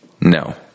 no